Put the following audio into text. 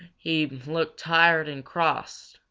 he looked tired and cross.